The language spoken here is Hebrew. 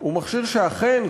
הוא מכשיר שאכן,